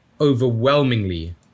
overwhelmingly